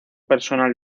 personal